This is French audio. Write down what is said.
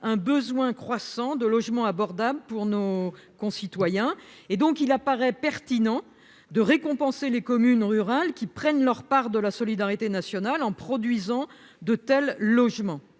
un besoin croissant de logements abordables pour nos concitoyens et donc il apparaît pertinent de récompenser les communes rurales qui prennent leur part de la solidarité nationale en produisant de tels logements